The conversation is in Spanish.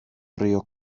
río